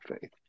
faith